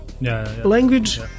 language